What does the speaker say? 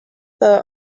the